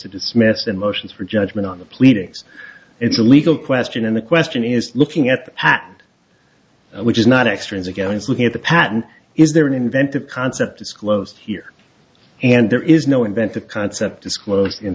to dismiss and motions for judgment on the pleadings it's a legal question and the question is looking at at which is not extremes against looking at the patent is there an inventive concept disclosed here and there is no invent the concept disclosed in